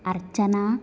अर्चना